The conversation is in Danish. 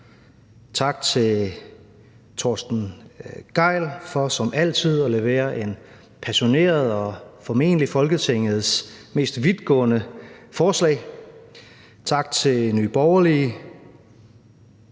Tak til Torsten Gejl for som altid at levere en passioneret tale og formentlig Folketingets mest vidtgående forslag. Tak til Nye Borgerlige